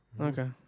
Okay